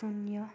शून्य